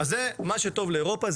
"מה שטוב לאירופה"